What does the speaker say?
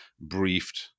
briefed